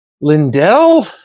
Lindell